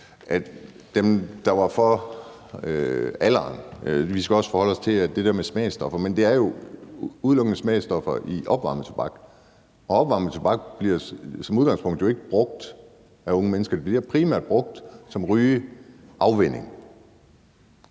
at dem, der var for det med alderen, også skal forholde sig til det med smagsstoffer. Men der er jo udelukkende smagsstoffer i opvarmet tobak, og opvarmet tobak bliver jo som udgangspunkt ikke brugt af unge mennesker; det bliver primært brugt til rygeafvænning.